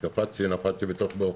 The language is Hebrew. קפצתי, נפלתי בתוך בור.